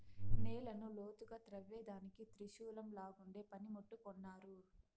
నేలను లోతుగా త్రవ్వేదానికి త్రిశూలంలాగుండే పని ముట్టు కొన్నాను